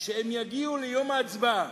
שהם יגיעו ליום ההצבעה,